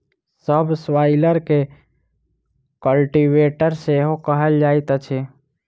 सब स्वाइलर के कल्टीवेटर सेहो कहल जाइत अछि